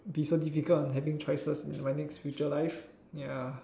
be so difficult on having choices in my next future life ya